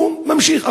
הוא ממשיך.